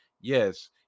yes